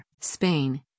Spain